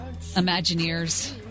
imagineers